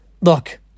look